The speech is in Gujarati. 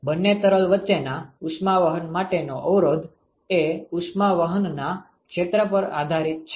બંને તરલ વચ્ચેના ઉષ્માવહન માટેનો અવરોધ એ ઉષ્માવહનના ક્ષેત્ર પર આધારિત છે